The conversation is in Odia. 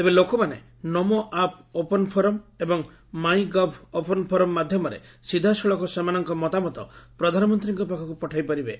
ତେବେ ଲୋକମାନେ ନମୋ ଆପ୍ ଓପନ୍ ଫୋରମ୍ ଏବଂ ମାଇଁ ଗଭ୍ ଓପନ୍ ଫୋରମ୍ ମାଧ୍ଘମରେ ସିଧାସଳଖ ସେମାନଙ୍କ ମତାମତ ପ୍ରଧାନମନ୍ତୀଙ୍କ ପାଖକୁ ପଠାଇପାରିବେ